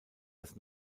das